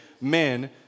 Men